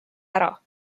ära